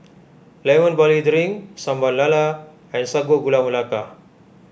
Lemon Barley Drink Sambal Lala and Sago Gula Melaka